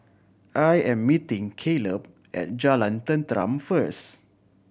I am meeting Caleb at Jalan Tenteram first